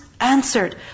answered